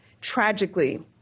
Tragically